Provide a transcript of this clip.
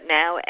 now